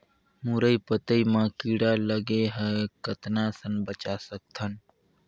मुरई पतई म कीड़ा लगे ह कतना स बचा सकथन?